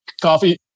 Coffee